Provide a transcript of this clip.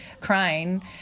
crying